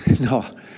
No